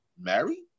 married